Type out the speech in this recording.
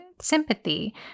sympathy